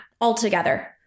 altogether